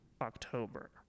october